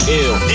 ill